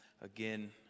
again